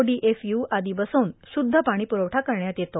DFU आदी बसवून शुद्ध पाणी पुरवठा करण्यात येतो